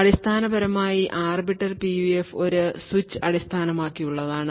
അടിസ്ഥാനപരമായി arbiter PUF ഒരു switch അടിസ്ഥാനമാക്കിയുള്ളതാണ്